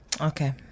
Okay